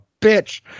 bitch